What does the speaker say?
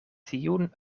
tiun